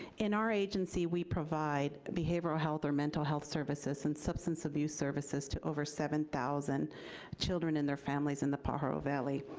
in our agency we provide behavioral health or mental health services and substance abuse services to over seven thousand children and their families in the pajaro valley.